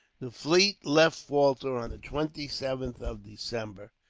the fleet left falta on the twenty seventh of december,